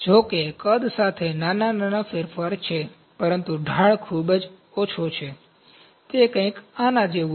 જો કે કદ સાથે નાના ફેરફાર છે પરંતુ ઢાળ ખૂબ ઓછો છે તે કંઈક આના જેવું છે